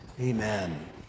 Amen